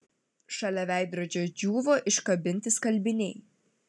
šalia veidrodžio džiūvo iškabinti skalbiniai